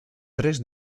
tres